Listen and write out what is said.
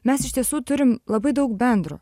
mes iš tiesų turim labai daug bendro